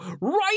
right